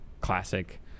classic